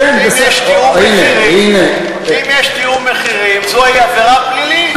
אם יש תיאום מחירים זוהי עבירה פלילית.